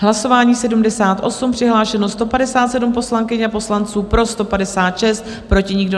Hlasování číslo 78, přihlášeno 157 poslankyň a poslanců, pro 156, proti nikdo.